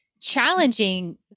challenging